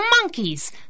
monkeys